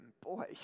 boy